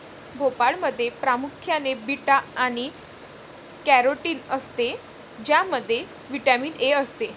भोपळ्यामध्ये प्रामुख्याने बीटा आणि कॅरोटीन असते ज्यामध्ये व्हिटॅमिन ए असते